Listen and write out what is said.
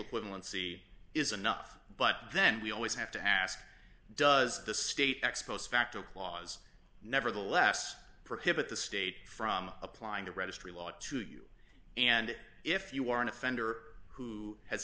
quincey is enough but then we always have to ask does the state ex post facto clause nevertheless prohibit the state from applying a registry law to you and if you are an offender who has